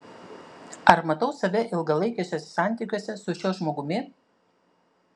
ar matau save ilgalaikiuose santykiuose su šiuo žmogumi